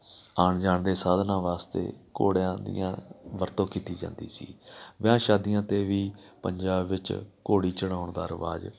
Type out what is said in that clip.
ਸ ਆਉਣ ਜਾਣ ਦੇ ਸਾਧਨਾਂ ਵਾਸਤੇ ਘੋੜਿਆਂ ਦੀਆਂ ਵਰਤੋਂ ਕੀਤੀ ਜਾਂਦੀ ਸੀ ਵਿਆਹ ਸ਼ਾਦੀਆਂ 'ਤੇ ਵੀ ਪੰਜਾਬ ਵਿੱਚ ਘੋੜੀ ਚੜਾਉਣ ਦਾ ਰਿਵਾਜ਼